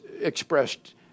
expressed